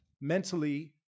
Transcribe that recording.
mentally